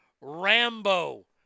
Rambo